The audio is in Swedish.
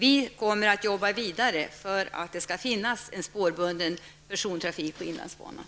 Vi kommer att arbeta vidare för att det skall finnas en spårbunden persontrafik på inlandsbanan.